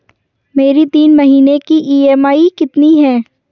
मेरी तीन महीने की ईएमआई कितनी है?